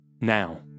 Now